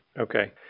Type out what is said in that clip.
Okay